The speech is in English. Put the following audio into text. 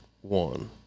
one